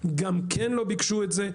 גם כן לא ביקשו את זה.